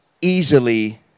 easily